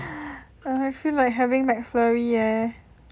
err I feel like having McFlurry eh